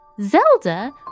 Zelda